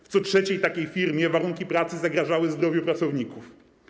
W co trzeciej takiej firmie warunki pracy zagrażały zdrowiu pracowników.